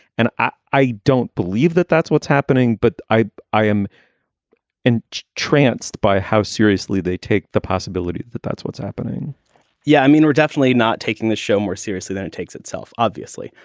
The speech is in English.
and i i don't believe that that's what's happening. but i i am an tranced by how seriously they take the possibility that that's what's happening yeah. i mean, we're definitely not taking the show more seriously than it takes itself, obviously.